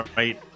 right